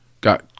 Got